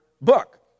book